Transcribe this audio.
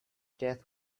death